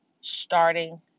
starting